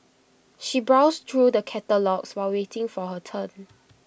she browsed through the catalogues while waiting for her turn